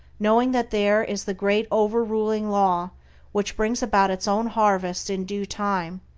knowing that there is the great over-ruling law which brings about its own harvest in due time,